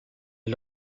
est